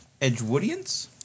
edgewoodians